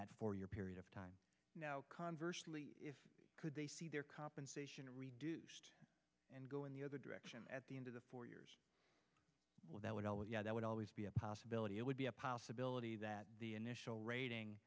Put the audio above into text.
that four year period of time conversely if could they see their compensation reduced and go in the other direction at the end of the four years well that would all yeah that would always be a possibility it would be a possibility that the initial